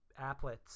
applets